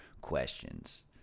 questions